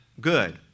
good